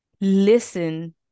listen